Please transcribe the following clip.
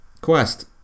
quest